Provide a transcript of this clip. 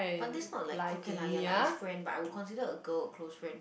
but this not like okay lah ya lah is friend but I would consider a girl a close friend